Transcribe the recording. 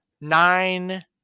Nine